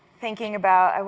thinking about